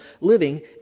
living